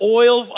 oil